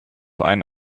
einen